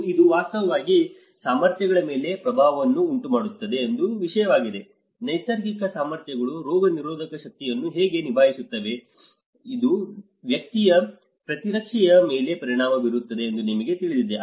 ಮತ್ತು ಇದು ವಾಸ್ತವವಾಗಿ ಸಾಮರ್ಥ್ಯಗಳ ಮೇಲೆ ಪ್ರಭಾವವನ್ನು ಉಂಟುಮಾಡುವ ಒಂದು ವಿಷಯವಾಗಿದೆ ನೈಸರ್ಗಿಕ ಸಾಮರ್ಥ್ಯಗಳು ರೋಗನಿರೋಧಕ ಶಕ್ತಿಯನ್ನು ಹೇಗೆ ನಿಭಾಯಿಸುತ್ತವೆ ಇದು ವ್ಯಕ್ತಿಯ ಪ್ರತಿರಕ್ಷೆಯ ಮೇಲೆ ಪರಿಣಾಮ ಬೀರುತ್ತದೆ ಎಂದು ನಿಮಗೆ ತಿಳಿದಿದೆ